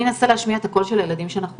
אני אנסה להשמיע את הקול של הילדים שאנחנו